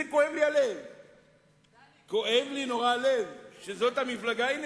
כואב לי הלב על זה, כואב לי נורא הלב שזאת המפלגה.